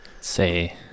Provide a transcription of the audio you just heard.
say